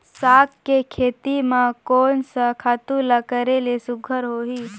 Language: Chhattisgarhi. साग के खेती म कोन स खातु ल करेले सुघ्घर होही?